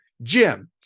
Jim